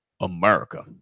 America